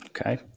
Okay